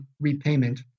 repayment